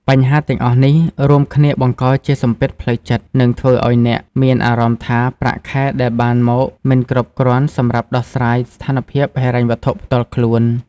បញ្ហាទាំងអស់នេះ រួមគ្នាបង្កជាសម្ពាធផ្លូវចិត្ត និងធ្វើឲ្យអ្នកមានអារម្មណ៍ថាប្រាក់ខែដែលបានមកមិនគ្រប់គ្រាន់សម្រាប់ដោះស្រាយស្ថានភាពហិរញ្ញវត្ថុផ្ទាល់ខ្លួន។